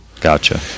Gotcha